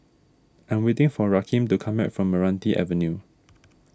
I am waiting for Rakeem to come back from Meranti Avenue